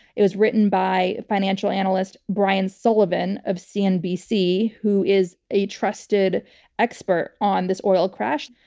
it was written by a financial analyst, brian sullivan of cnbc, who is a trusted expert on this oil crash.